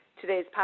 Today's